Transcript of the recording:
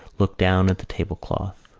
looked down at the tablecloth.